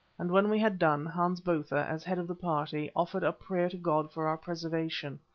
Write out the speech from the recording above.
and when we had done, hans botha, as head of the party, offered up prayer to god for our preservation.